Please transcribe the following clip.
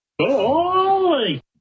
Holy